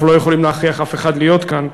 אנחנו לא יכולים להכריח אף אחד להיות כאן,